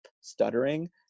stuttering